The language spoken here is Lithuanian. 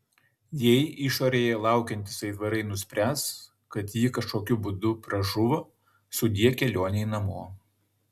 jei išorėje laukiantys aitvarai nuspręs kad ji kažkokiu būdu pražuvo sudie kelionei namo